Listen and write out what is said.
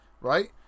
right